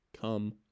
come